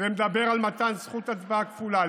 זה מדבר על מתן זכות הצבעה כפולה.